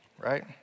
right